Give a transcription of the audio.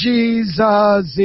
Jesus